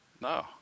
No